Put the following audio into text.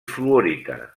fluorita